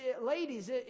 ladies